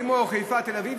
כמו חיפה ותל-אביב,